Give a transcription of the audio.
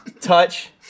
touch